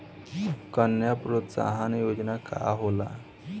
कन्या प्रोत्साहन योजना का होला?